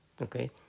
Okay